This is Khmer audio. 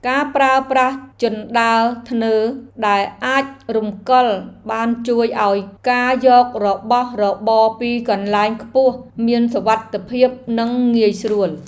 ការប្រើប្រាស់ជណ្ដើរធ្នើរដែលអាចរំកិលបានជួយឱ្យការយករបស់របរពីកន្លែងខ្ពស់មានសុវត្ថិភាពនិងងាយស្រួល។